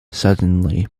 suddenly